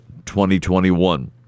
2021